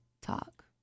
talk